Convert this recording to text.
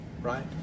right